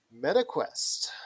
MetaQuest